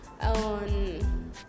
on